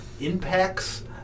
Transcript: impacts